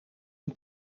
een